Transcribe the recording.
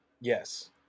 yes